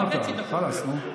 דיברת, חלאס, נו.